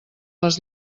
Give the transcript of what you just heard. les